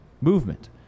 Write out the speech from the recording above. movement